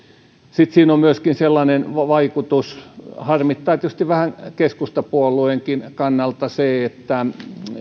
sitten siinä on myöskin sellainen vaikutus harmittaa tietysti vähän keskustapuolueenkin kannalta se että